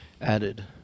added